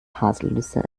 haselnüsse